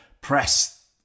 press